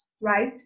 right